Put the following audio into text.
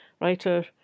writer